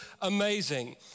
amazing